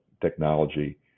technology